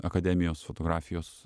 akademijos fotografijos